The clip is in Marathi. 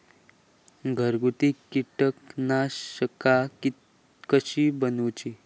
घरगुती कीटकनाशका कशी बनवूची?